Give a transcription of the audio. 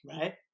right